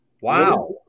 wow